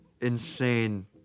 Insane